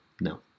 No